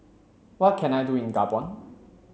what can I do in Gabon